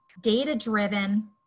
data-driven